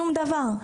שום דבר.